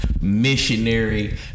missionary